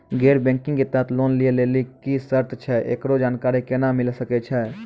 गैर बैंकिंग के तहत लोन लए लेली की सर्त छै, एकरो जानकारी केना मिले सकय छै?